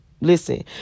listen